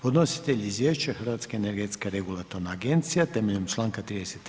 Podnositelj izvješća Hrvatske energetska regulatorna agencija temeljem članka 33.